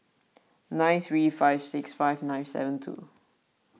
nine three five six five nine seven two